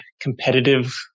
competitive